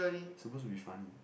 supposed to be funny